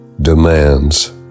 demands